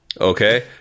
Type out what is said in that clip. Okay